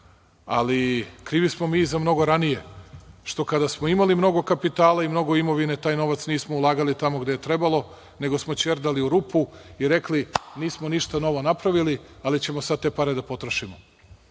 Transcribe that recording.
ali krivi smo mi i za mnogo ranije što kada smo imali mnogo kapitala i mnogo imovine taj novac nismo ulagali tamo gde je trebalo nego smo ćerdali u rupu i rekli nismo ništa novo napravili, ali ćemo sad te pare da potrošimo,